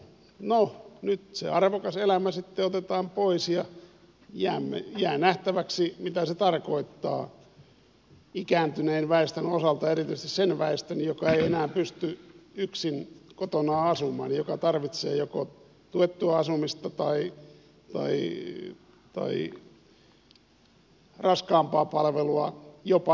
no nyt se arvokas elämä sitten otetaan pois ja jää nähtäväksi mitä se tarkoittaa ikääntyneen väestön osalta erityisesti sen väestön joka ei enää pysty yksin kotona asumaan ja joka tarvitsee joko tuettua asumista tai raskaampaa palvelua jopa laitoshoitoa